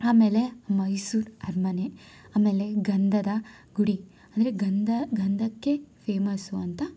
ಆಮೇಲೆ ಮೈಸೂರು ಅರಮನೆ ಆಮೇಲೆ ಗಂಧದ ಗುಡಿ ಅಂದರೆ ಗಂಧ ಗಂಧಕ್ಕೆ ಫೇಮಸ್ಸು ಅಂತ